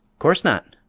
course not,